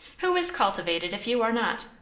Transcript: who is cultivated, if you are not?